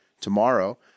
tomorrow